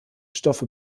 stoffe